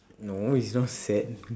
no he is not sad